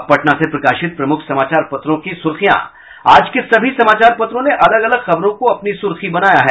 अब पटना से प्रकाशित प्रमुख समाचार पत्रों की सुर्खियां आज के सभी समाचार पत्रों ने अलग अलग खबरों को अपनी सुर्खी बनाया है